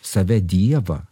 save dievą